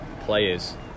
Players